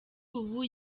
ubu